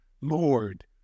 Lord